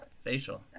facial